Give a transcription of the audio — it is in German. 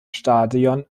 stadion